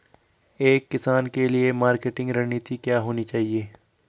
एक किसान के लिए मार्केटिंग रणनीति क्या होनी चाहिए?